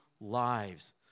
lives